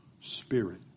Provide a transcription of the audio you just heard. Spirit